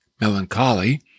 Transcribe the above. melancholy